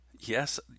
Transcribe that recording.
Yes